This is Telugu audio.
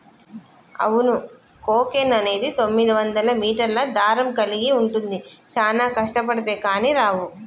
అవును కోకెన్ అనేది తొమ్మిదివందల మీటర్ల దారం కలిగి ఉంటుంది చానా కష్టబడితే కానీ రావు